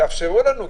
תאפשרו לנו.